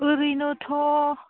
ओरैनोथ'